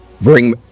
bring